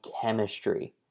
chemistry